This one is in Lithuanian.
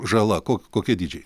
žala ko kokie dydžiai